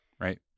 right